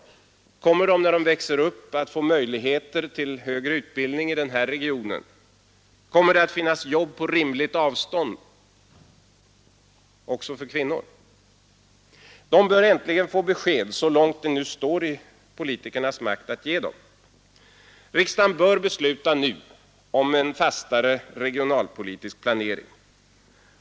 Kommer de när de växer upp att få möjligheter till högre utbildning i den här regionen? Kommer det att finnas jobb på rimligt avstånd? Också för kvinnor? De bör äntligen få besked — så långt det står i politikernas makt att ge dem. Riksdagen bör besluta nu om en fastare regionalpolitisk planering.